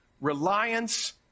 reliance